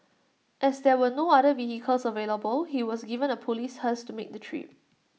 as there were no other vehicles available he was given A Police hearse to make the trip